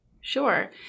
Sure